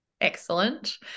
Excellent